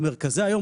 במרכזי היום,